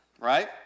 right